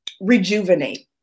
rejuvenate